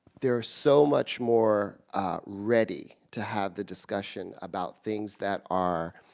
there are so much more ready to have the discussion about things that are,